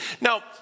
Now